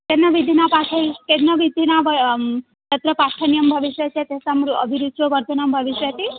केन विधिना पाठयि केन विधिना व तत्र पाठनीयं भविष्यत् तेषाम् अभिरुचिवर्धनं भविष्यति